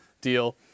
deal